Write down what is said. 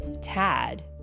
Tad